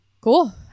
Cool